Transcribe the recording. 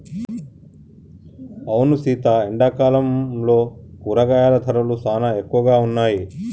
అవును సీత ఎండాకాలంలో కూరగాయల ధరలు సానా ఎక్కువగా ఉన్నాయి